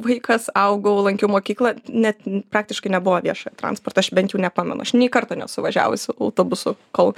vaikas augau lankiau mokyklą net praktiškai nebuvo viešojo transporto aš bent jau nepamenu aš nei karto nesu važiavusi autobusu kol